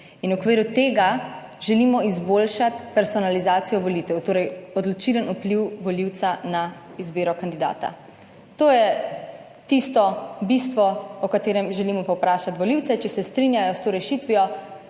(nadaljevanje) želimo izboljšati personalizacijo volitev, torej odločilen vpliv volivca na izbiro kandidata. To je tisto bistvo, o katerem želimo povprašati volivce, če se strinjajo s to rešitvijo